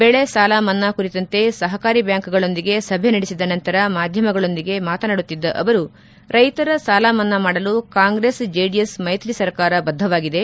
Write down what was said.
ಬೆಳೆ ಸಾಲ ಮನ್ನಾ ಕುರಿತಂತೆ ಸಹಕಾರಿ ಬ್ಯಾಂಕ್ಗಳೊಂದಿಗೆ ಸಭೆ ನಡೆಸಿದ ನಂತರ ಮಾಧ್ಯಮಗೊಂದಿಗೆ ಮಾತನಾಡುತ್ತಿದ್ದ ಅವರು ರೈತರ ಸಾಲಮನ್ನಾ ಮಾಡಲು ಕಾಂಗ್ರೆಸ್ ಜೆಡಿಎಸ್ ಮೈತ್ರಿ ಸರ್ಕಾರ ಬದ್ಧವಾಗಿದೆ